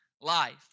life